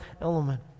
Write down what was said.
element